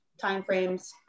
timeframes